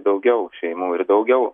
daugiau šeimų ir daugiau